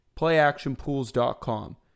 playactionpools.com